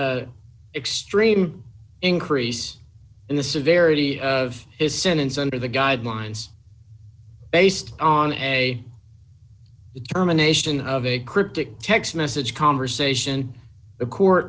extreme increase in the severity of his sentence under the guidelines based on a determination of a cryptic text message conversation a court